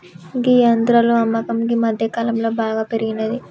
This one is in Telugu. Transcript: గీ యంత్రాల అమ్మకం గీ మధ్యకాలంలో బాగా పెరిగినాది